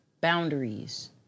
boundaries